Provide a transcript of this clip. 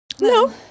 No